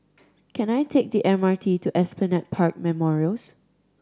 can I take the M R T to Esplanade Park Memorials